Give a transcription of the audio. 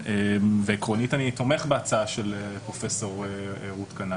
עקרונית אני תומך בהצעה של פרופסור רות קנאי.